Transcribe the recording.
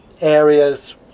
areas